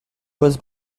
was